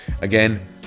Again